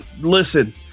listen